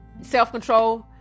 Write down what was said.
self-control